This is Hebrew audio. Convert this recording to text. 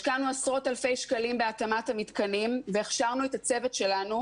השקענו עשרות אלפי שקלים בהתאמת המתקנים והכשרנו את הצוות שלנו,